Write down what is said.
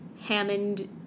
Hammond